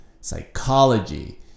psychology